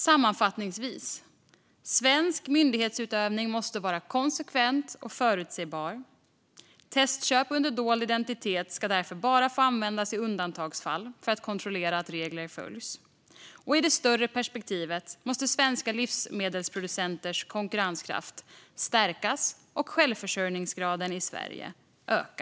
Sammanfattningsvis: Svensk myndighetsutövning måste vara konsekvent och förutsebar. Testköp under dold identitet ska därför bara få användas i undantagsfall för att kontrollera att reglerna följs. I det större perspektivet måste svenska livsmedelsproducenters konkurrenskraft stärkas och självförsörjningsgraden i Sverige öka.